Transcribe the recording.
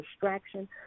distraction